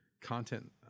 content